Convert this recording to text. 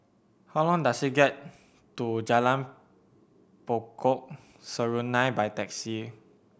how long does it get to Jalan Pokok Serunai by taxi